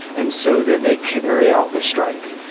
and so then they carry out the strike.